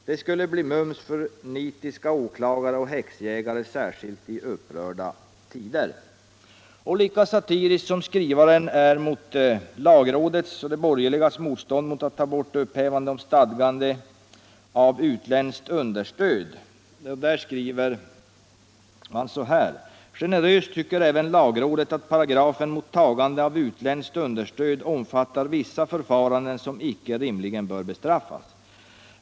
Det skulle bli mums det för nitiska åklagare och häxjägare, sär skilt i upprörda tider.” Lika satirisk är skrivaren mot lagrådets och de borgerligas motstånd mot att ta bort upphävandet av stadgandet mot tagande av utländskt understöd. Där skriver man så här: ”Generöst tycker även lagrådet att paragrafen mot tagande av utländskt understöd omfattar vissa förfaranden ”som icke rimligen bör bestraffas”.